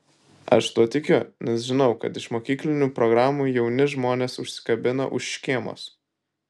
aš tuo tikiu nes žinau kad iš mokyklinių programų jauni žmonės užsikabina už škėmos